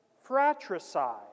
fratricide